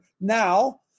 now